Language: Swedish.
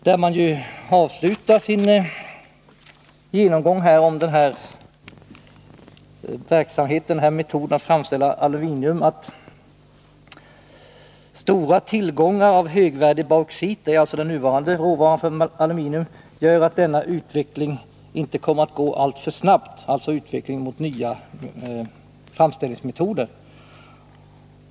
I betänkandet avslutas genomgången av metoder för att framställa aluminium med denna mening: ”Stora tillgångar av högvärdig bauxit gör att denna utveckling dock ej kommer att gå alltför snabbt.” Man avser här utvecklingen mot nya framställningsmetoder.